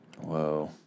Whoa